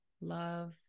love